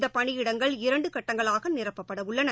இந்த பணியிடங்கள் இரண்டு கட்டங்களாக நிரப்பப்படவுள்ளன